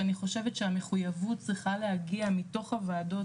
שאני חושבת שהמחויבות צריכה להגיע מתוך הוועדות,